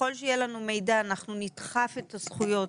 ככל שיהיה לנו מידע אנחנו נדחף את הזכויות.